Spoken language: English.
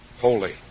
holy